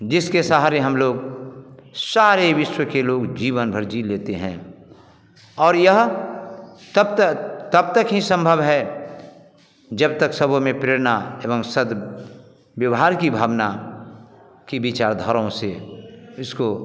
जिसके सहारे हम लोग सारे विश्व के लोग जीवन भर जी लेते हैं और यह तब तक तब तक ही सम्भव है जब तक सबों में प्रेरणा एवं सद व्यवहार की भावना की विचारधाराओं से इसको